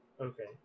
Okay